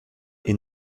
est